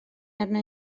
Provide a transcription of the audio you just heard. arna